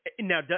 Now